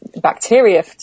bacteria